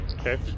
Okay